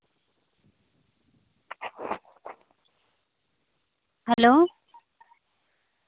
hello